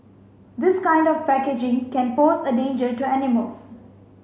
this kind of packaging can pose a danger to animals